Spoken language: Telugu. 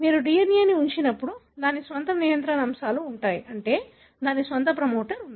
మీరు DNA ని ఉంచినప్పుడు దాని స్వంత నియంత్రణ అంశాలు ఉంటాయి అంటే దాని స్వంత ప్రమోటర్ ఉంది